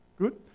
Good